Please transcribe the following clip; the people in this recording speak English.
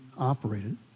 operated